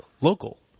local